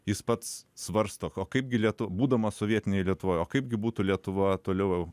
jis pats svarsto o kaipgi lietu būdamas sovietinėj lietuvoj o kaipgi būtų lietuva toliau